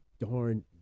darn